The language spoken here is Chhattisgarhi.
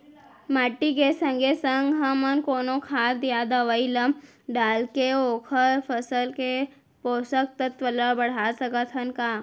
माटी के संगे संग हमन कोनो खाद या दवई ल डालके ओखर फसल के पोषकतत्त्व ल बढ़ा सकथन का?